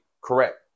correct